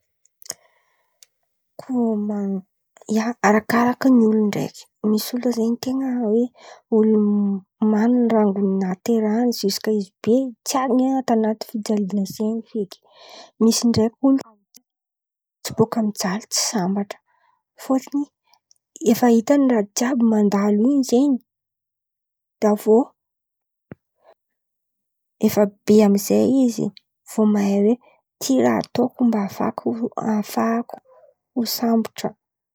Koa ma- ia, arakaràka ny olo ndraiky, misy olo zen̈y ten̈a hoe olo manan̈a rango nahatrahany ziska izy be tsiary niain̈ana tanaty fijaliana be zen̈y feky; misy ndraiky olo koa tsy bôka mijaly tsy sambatra fôtony efa hitany raha jiàby mandalo in̈y zen̈y de avô efa be amizay izy vo mahay hoe ty raha ataoko mba ahafa- ahafahako sambatra.